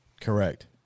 correct